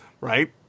right